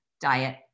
diet